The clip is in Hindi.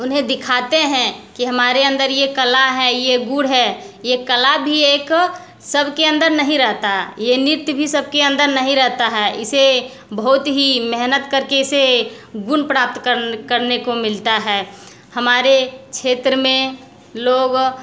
उन्हें दिखाते हैं कि हमारे अंदर ये कला है ये गुण है ये कला भी एक सबके अंदर नहीं रहता ये नृत्य भी सबके अंदर नहीं रहता है इसे बहुत ही मेहनत करके इसे गुण प्राप्त कर करने को मिलता है हमारे क्षेत्र में लोग